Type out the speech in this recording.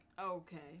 Okay